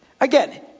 again